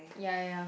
ya ya